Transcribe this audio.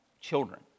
children